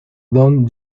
don